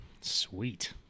Sweet